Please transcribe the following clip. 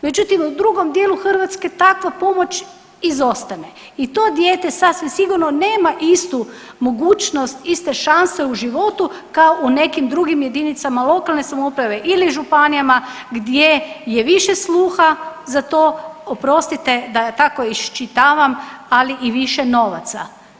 Međutim, u drugom dijelu Hrvatske takva pomoć izostane i to dijete sasvim sigurno nema istu mogućnost, iste šanse u životu kao u nekim drugim jedinicama lokalne samouprave ili županijama gdje je više sluha za to, oprostite da tako iščitavam ali i više novaca.